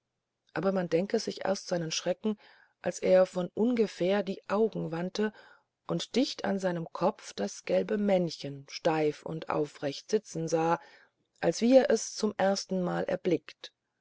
aber man denke sich erst sein schrecken als er von ungefähr die augen wandte und dicht an seinem kopf das gelbe männchen steif und aufrecht sitzen sah als wie er es zum erstenmal erblickt